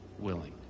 willing